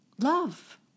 Love